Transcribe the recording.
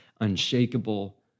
unshakable